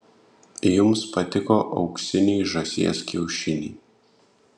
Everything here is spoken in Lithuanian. jums patiko auksiniai žąsies kiaušiniai